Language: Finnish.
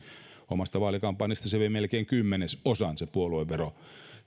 omasta vaalikampanjasta se puoluevero vei melkein kymmenesosan